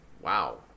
wow